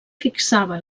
fixava